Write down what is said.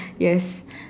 yes